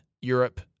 Europe